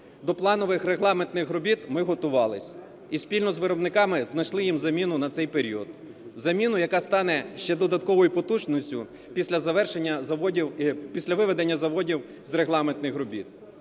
до планових регламентних робіт ми готувались і спільно з виробниками знайшли їм заміну на цей період, заміну, яка стане ще додатковою потужністю після виведення заводів з регламентних робіт.